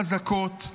חזקות,